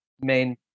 main